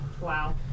Wow